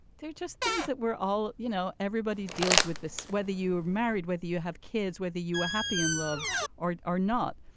they're just things that we're all you know, everybody deals with this, whether you are married, whether you have kids, whether you are happy in love or are not,